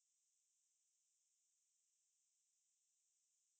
அவங்க குண்டாகுறாங்களா என்ன ஒல்லி ஆகுறாங்களா என்ன:avanga kundaaguraangalaa enna olli aaguraangalaa enna